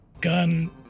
Gun